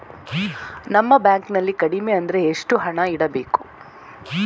ನಮ್ಮ ಬ್ಯಾಂಕ್ ನಲ್ಲಿ ಕಡಿಮೆ ಅಂದ್ರೆ ಎಷ್ಟು ಹಣ ಇಡಬೇಕು?